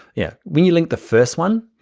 yeah, we link the first one.